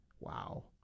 Wow